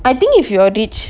I think if you're rich